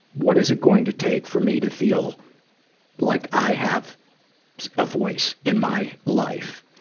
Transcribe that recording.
what is it going to take for me to feel like i have a voice in my life?